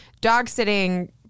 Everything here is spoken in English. dog-sitting